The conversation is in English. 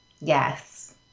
yes